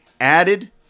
added